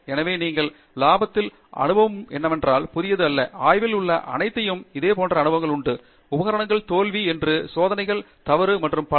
எனவே நீங்கள் லாபத்தில் அனுபவம் என்னவென்றால் புதியது அல்ல ஆய்வில் உள்ள அனைவருக்கும் இதே போன்ற அனுபவங்கள் உண்டு நான் உபகரணங்கள் தோல்வி என்று சோதனைகள் தவறு மற்றும் பல